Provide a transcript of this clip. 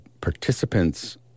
participants